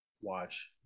watch